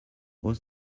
was